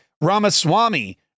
Ramaswamy